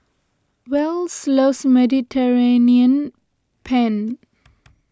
Wells loves Mediterranean Penne